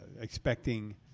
expecting